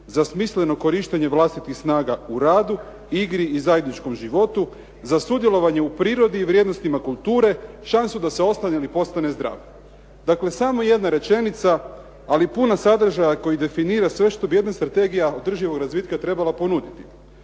za smisleno korištenje vlastitih snaga u radu, igri i zajedničkom životu, za sudjelovanje u prirodi i vrijednostima kulture, šansu da se ostane ili postane zdrav. Dakle samo jedna rečenica, ali puna sadržaja koji definira sve što bi jedna Strategija održivog razvitka trebala ponuditi.